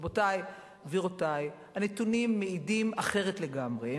רבותי וגבירותי, הנתונים מעידים אחרת לגמרי.